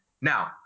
Now